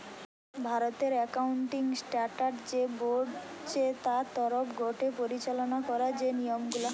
ভারতের accounting standard যে board চে তার তরফ গটে পরিচালনা করা যে নিয়ম গুলা